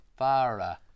Farah